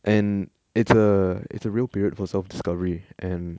and it's a it's a real period for self discovery and